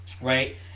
right